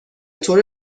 طور